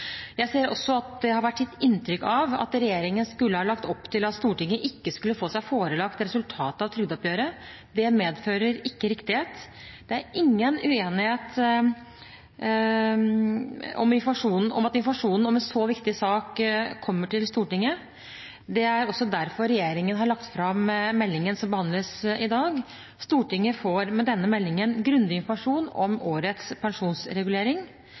Jeg ser også at det har vært gitt inntrykk av at regjeringen skulle ha lagt opp til at Stortinget ikke skulle få seg forelagt resultatet av trygdeoppgjøret. Det medfører ikke riktighet. Det er ingen uenighet om at informasjon om en så viktig sak kommer til Stortinget. Det er også derfor regjeringen har lagt fram meldingen som behandles i dag. Stortinget får med denne meldingen grundig informasjon om årets pensjonsregulering.